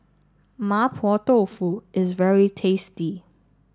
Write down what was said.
Mapo Tofu is very tasty